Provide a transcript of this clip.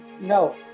No